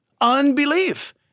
Unbelief